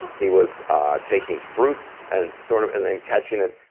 he was taking fruit and sort of and then catching it.